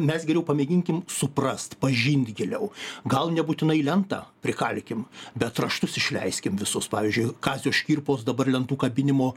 mes geriau pamėginkim suprast pažint giliau gal nebūtinai lentą prikalkim bet raštus išleiskim visus pavyzdžiui kazio škirpos dabar lentų kabinimo